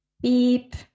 beep